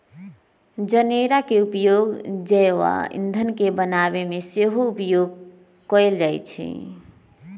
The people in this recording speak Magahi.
जनेरा के उपयोग जैव ईंधन के बनाबे में सेहो उपयोग कएल जाइ छइ